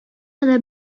кына